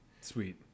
Sweet